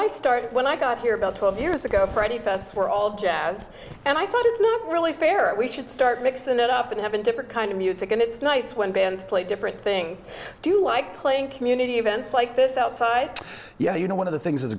i started when i got here about twelve years ago freddy fests were all jazz and i thought it's not really fair we should start mixing it up and haven't kind of music and it's nice when bands play different things do you like playing community events like this outside yeah you know one of the things